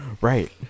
right